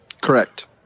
correct